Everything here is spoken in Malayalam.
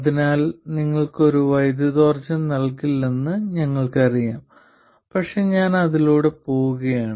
അതിനാൽ ഇത് നിങ്ങൾക്ക് ഒരു വൈദ്യുതിയോർജ്ജം നൽകില്ലെന്ന് ഞങ്ങൾക്കറിയാം പക്ഷേ ഞാൻ അതിലൂടെ പോകുകയാണ്